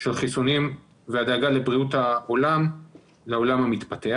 של חיסונים והדאגה לבריאות העולם המתפתח.